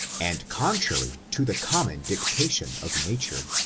and contrary to the common dictation of nature.